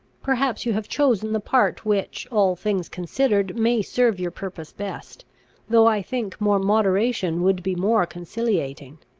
perhaps you have chosen the part which, all things considered, may serve your purpose best though i think more moderation would be more conciliating.